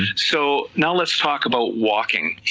so now let's talk about walking,